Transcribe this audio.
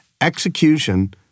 execution